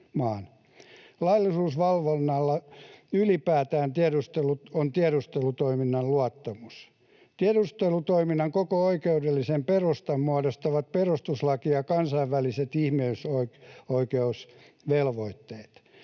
Laillisuusvalvonnalla ylipäätään on tiedustelutoiminnan luottamus. Tiedustelutoiminnan koko oikeudellisen perustan muodostavat perustuslaki ja kansainväliset ihmisoikeusvelvoitteet.